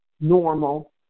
normal